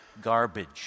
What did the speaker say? garbage